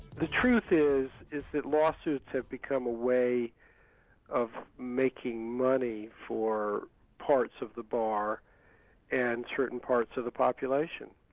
the truth is, is that lawsuits have become a way of making money for parts of the bar and certain parts of the population,